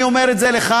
אני אומר את זה לך: